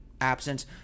absence